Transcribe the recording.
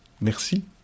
Merci